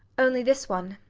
only this one.